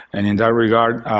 and in that regard,